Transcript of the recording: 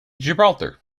gibraltar